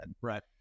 Right